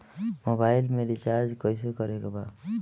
Mobile में recharge कइसे करे के बा?